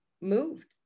moved